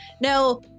now